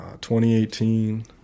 2018